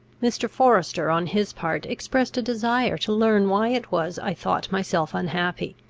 mr. forester, on his part, expressed a desire to learn why it was i thought myself unhappy,